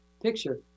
picture